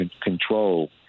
control